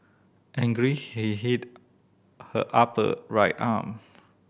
angry he hit her upper right arm